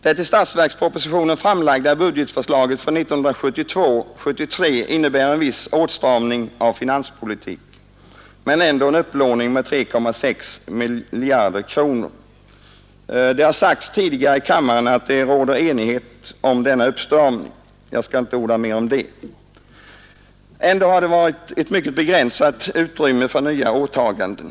Det i statsverkspropositionen framlagda budgetförslaget för 1972/73 innebär en viss åtstramning av finanspolitiken men medför ändå en upplåning med 3,6 miljarder kronor — här har tidigare sagts att det råder enighet om denna åtstramning. Jag skall inte orda mer om det. Ändå har det varit ett mycket begränsat utrymme för nya åtaganden.